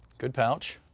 good pouch.